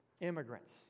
immigrants